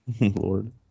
Lord